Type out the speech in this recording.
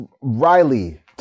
Riley